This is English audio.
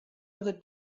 other